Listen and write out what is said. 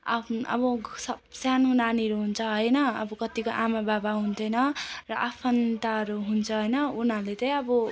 आफ्नो अब सब सानो नानीहरू हुन्छ होइन अब कत्तिको आमाबाबा हुन्थेन र आफन्तहरू हुन्छ होइन उनीहरूले चाहिँ अब